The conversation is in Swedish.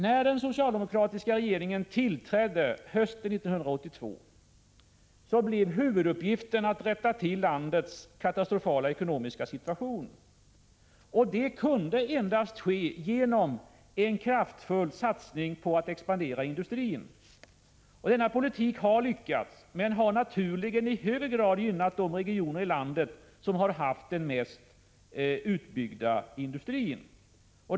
När den socialdemokratiska regeringen tillträdde hösten 1982, blev huvuduppgiften att rätta till landets katastrofala ekonomiska situation, och det kunde endast ske genom en kraftfull satsning på att expandera industrin. Denna politik har lyckats, men den har naturligen i högre grad gynnat de regioner i landet som haft den mest utbyggda industrin.